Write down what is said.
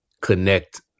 connect